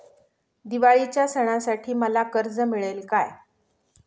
दिवाळीच्या सणासाठी मला कर्ज मिळेल काय?